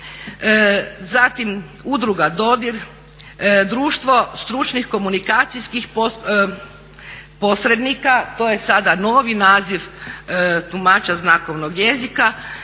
zatim Udruga Dodir, Društvo stručnih komunikacijskih posrednika to je sada novi naziv tumača znakovnog jezika,